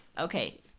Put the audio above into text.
Okay